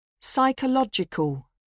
Psychological